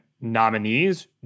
nominees